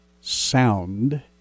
sound